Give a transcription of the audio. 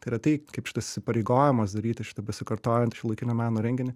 tai yra tai kaip šitas įsipareigojimas daryti šitą besikartojantį šiuolaikinio meno renginį